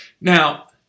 Now